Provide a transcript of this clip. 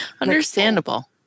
Understandable